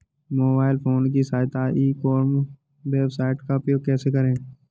Mobile phone की सहायता से ई कॉमर्स वेबसाइट का उपयोग कैसे करें?